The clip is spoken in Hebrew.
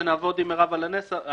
כשנעבוד עם מרב על הנוסח,